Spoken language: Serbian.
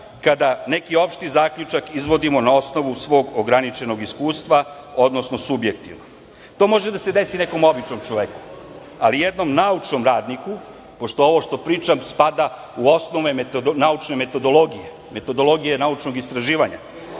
kada neki opšti zaključak izvodimo na osnovu svog ograničenog iskustva, odnosno subjektivno. To može da se desi nekom običnom čoveku, ali jednom naučnom radniku, pošto ovo što pričam spada u osnove naučne metodologije, metodologije naučnog istraživanja